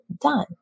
done